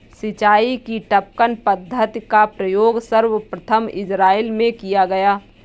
सिंचाई की टपकन पद्धति का प्रयोग सर्वप्रथम इज़राइल में किया गया